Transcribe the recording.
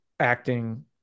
acting